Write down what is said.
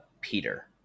Peter